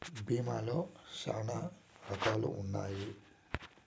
భీమా లో శ్యానా రకాలు ఉన్నాయి